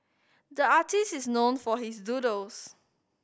the artist is known for his doodles